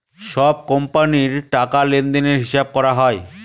সব কোম্পানির টাকা লেনদেনের হিসাব করা হয়